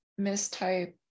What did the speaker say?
mistype